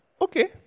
okay